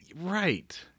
Right